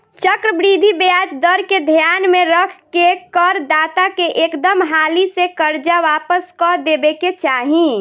चक्रवृद्धि ब्याज दर के ध्यान में रख के कर दाता के एकदम हाली से कर्जा वापस क देबे के चाही